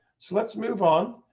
so let's move on.